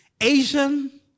Asian